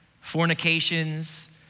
fornications